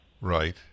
Right